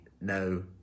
no